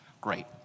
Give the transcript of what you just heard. great